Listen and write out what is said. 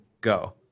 go